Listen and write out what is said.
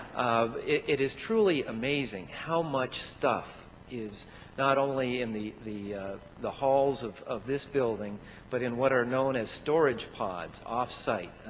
it is truly amazing how much stuff is not only in the the the halls of of this building but in what are known as storage pods off-site.